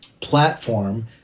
platform